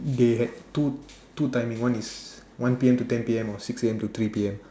they had two two timing one is one P_M to ten P_M or six A_M to three P_M